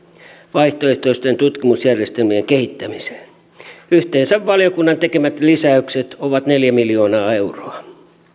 vaihtoehtoisten tutkimusjärjestelmien kehittämiseen yhteensä valiokunnan tekemät lisäykset ovat neljä miljoonaa euroa